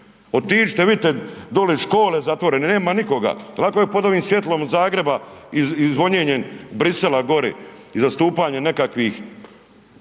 otiđite vidite doli škole zatvorene, nema nikoga, lako je pod ovim svjetlom Zagreba i zvonjenjem Brisela gori i zastupanje nekakvih